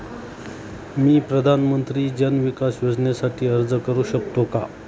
मी प्रधानमंत्री जन विकास योजनेसाठी अर्ज करू शकतो का?